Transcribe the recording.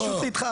הרשות איתך,